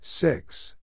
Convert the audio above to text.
Six